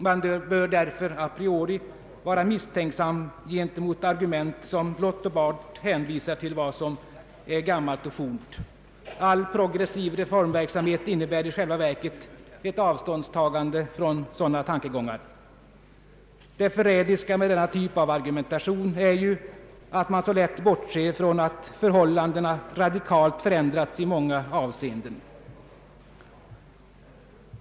Man bör därför a priori vara misstänksam gentemot argument som blott och bart hänvisar till vad som är gammalt och fornt. All progressiv reformverksamhet innebär i själva verket ett avståndstagande från sådana tankegångar. Det förrädiska med denna typ av argumentation är ju att man så lätt bortser från att förhållandena radikalt förändrats i många avseenden.